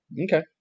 Okay